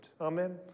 amen